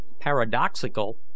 paradoxical